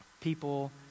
people